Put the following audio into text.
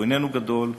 הוא איננו גדול.